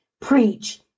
preach